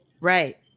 Right